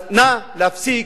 אז נא להפסיק,